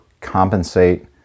compensate